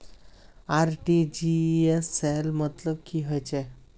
RTGS सेल मतलब की होचए?